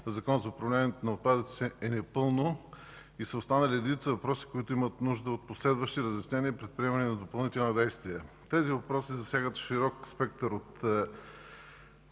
Закон за управление на отпадъците е непълно и са останали редица въпроси, които имат нужда от последващи разяснения и предприемане на допълнителни действия. Тези въпроси засягат широк спектър